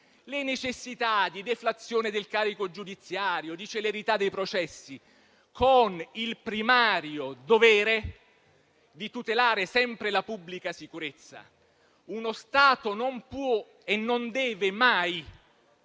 le necessità di deflazione del carico giudiziario e di celerità dei processi con il primario dovere di tutelare la pubblica sicurezza. Uno Stato non può e non deve mai